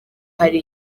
hari